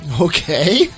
Okay